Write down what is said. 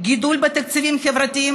גידול בתקציבים חברתיים,